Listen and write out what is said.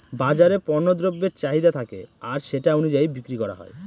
বাজারে পণ্য দ্রব্যের চাহিদা থাকে আর সেটা অনুযায়ী বিক্রি করা হয়